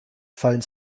fallen